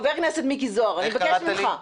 חבר הכנסת מיקי זוהר, אני מבקשת ממך.